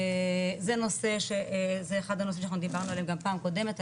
זה אחד הנושאים שאנחנו דיברנו עליהם גם פעם קודמת,